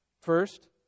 First